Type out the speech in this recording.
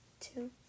two